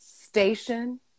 station